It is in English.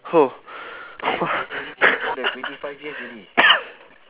oh !wah!